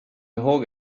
ihåg